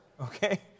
Okay